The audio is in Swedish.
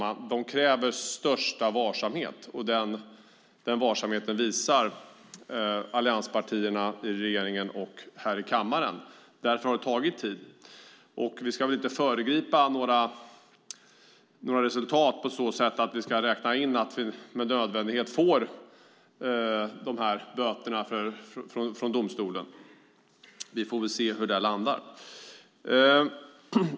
De kräver största varsamhet, och den varsamheten visar allianspartierna i regeringen och här i kammaren. Därför har det tagit tid, och vi ska väl inte föregripa några resultat på så sätt att vi ska räkna in att vi med nödvändighet får dessa böter från domstolen. Vi får se var det landar.